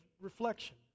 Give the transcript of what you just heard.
reflection